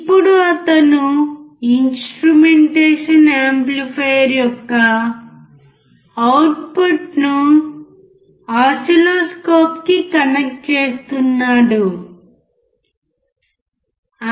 ఇప్పుడు అతను instrumentation amplifier యొక్క అవుట్పుట్ను ఓసిల్లోస్కోప్ కి కనెక్ట్ చేస్తున్నాడు